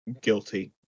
guilty